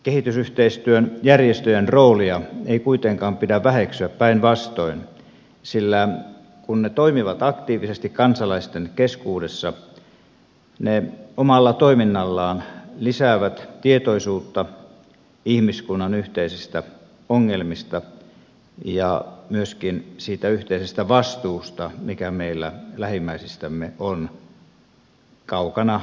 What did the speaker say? kehitysyhteistyön järjestöjen roolia ei kuitenkaan pidä väheksyä päinvastoin sillä kun ne toimivat aktiivisesti kansalaisten keskuudessa ne omalla toiminnallaan lisäävät tietoisuutta ihmiskunnan yhteisistä ongelmista ja myöskin siitä yhteisestä vastuusta joka meillä lähimmäisistämme on kaukana ja lähellä